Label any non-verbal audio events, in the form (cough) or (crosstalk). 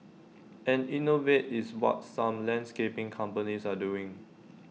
and innovate is what some landscaping companies are doing (noise)